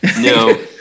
no